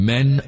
Men